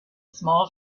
small